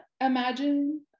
imagine